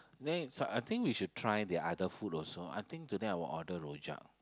then so I think we should try the other food also I think today I will order rojak